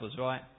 right